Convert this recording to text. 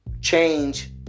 change